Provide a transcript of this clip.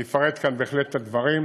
אני בהחלט אפרט כאן את הדברים.